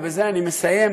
ובזה אני מסיים,